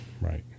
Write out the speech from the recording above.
right